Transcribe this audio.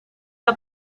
que